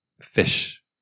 fish